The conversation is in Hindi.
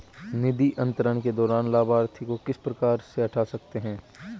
निधि अंतरण के दौरान लाभार्थी को किस प्रकार से हटा सकते हैं?